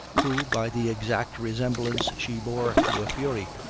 who, by the exact resemblance she bore to a fury,